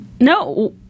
No